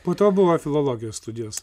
po to buvo filologijos studijos